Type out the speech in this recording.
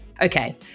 Okay